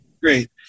great